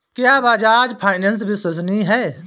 क्या बजाज फाइनेंस विश्वसनीय है?